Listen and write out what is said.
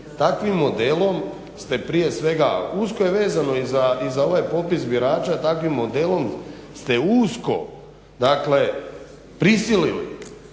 Takovim modelom ste prije svega, usko je vezano i za ovaj popis birača, takvim modelom ste usko, dakle